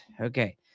Okay